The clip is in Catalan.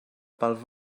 pel